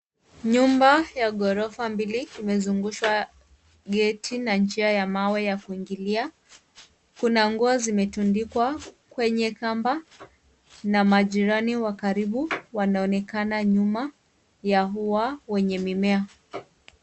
Nyumba ya ghorofa mbili imezungushwa geti na njia ya mawe ya kuingilia. Kuna nguo zimetundikwa kwenye kamba na majirani wa karibu wanaonekana nyuma ya ua wenye mimea.